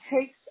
takes